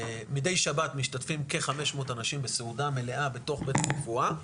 מידי שבת משתתפים כ-500 אנשים בסעודה מלאה בתוך בית הרפואה,